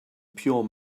pure